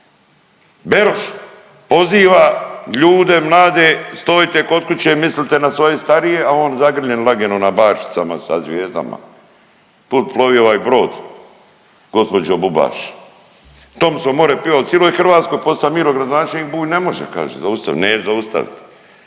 Beroš poziva ljude mlade stojte kod kuće mislite na svoje starije, a on zagrljen lagano na barčicama sa zvijezdama. Kud plovi ovaj brod gospođo Bubaš? Thompson more pivat ciloj Hrvatskoj, posto je Miro gradonačelnik Bulj ne može kaže zaustavi.